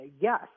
yes